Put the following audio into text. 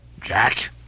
Jack